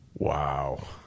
Wow